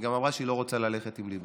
היא גם אמרה שהיא לא רוצה ללכת עם ליברמן.